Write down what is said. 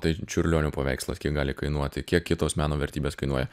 tai čiurlionio paveikslas kiek gali kainuoti kiek kitos meno vertybės kainuoja